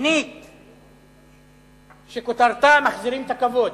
תוכנית שכותרתה: מחזירים את הכבוד.